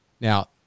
Now